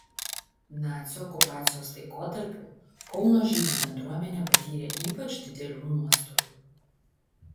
nacių okupacijos laikotarpiu kauno žydų bendruomenė patyrė ypač didelių nuostolių